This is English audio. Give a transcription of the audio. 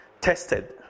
Tested